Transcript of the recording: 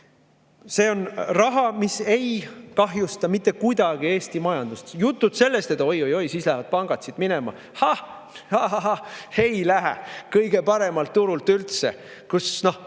See on raha, mis ei kahjusta mitte kuidagi Eesti majandust. Jutud sellest, et oi-oi, siis lähevad pangad siit minema. Hahahaa, ei lähe! [Ei lähe minema] kõige paremalt turult, kus